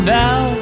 now